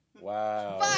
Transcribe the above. Wow